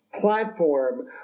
platform